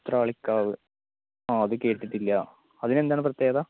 ഉത്രാളിക്കാവ് ആ അത് കേട്ടിട്ടില്ല അതിനെന്താണ് പ്രത്യേകത